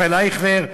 ישראל אייכלר,